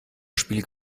spiel